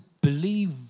believe